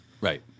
Right